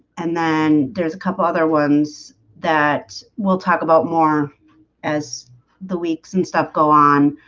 and then there's a couple other ones that we'll talk about more as the weeks and stuff go on